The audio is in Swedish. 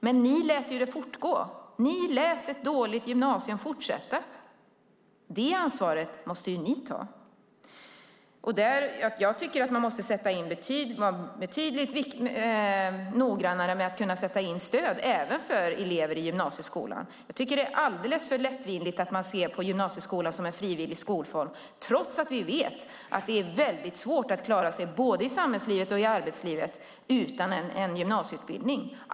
Men ni lät det fortgå. Ni lät ett dåligt gymnasium fortsätta. Det ansvaret måste ni ta. Jag tycker att man måste vara betydligt noggrannare med att sätta in stöd även för elever i gymnasieskolan. Jag tycker att man alldeles för lättvindigt ser på gymnasieskolan som en frivillig skolform. Vi vet ju att det är väldigt svårt att klara sig både i samhällslivet och i arbetslivet utan en gymnasieutbildning.